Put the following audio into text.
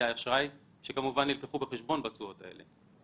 אשראי שנלקחו בחשבון בתשואות האלו.